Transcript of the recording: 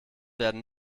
werden